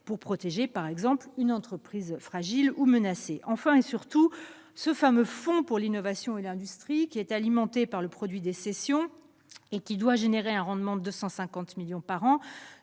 pour protéger une entreprise fragile ou menacée. Surtout, le fameux fonds pour l'innovation et l'industrie, qui est alimenté par le produit des cessions et doit générer un rendement de 250 millions d'euros